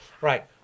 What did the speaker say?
Right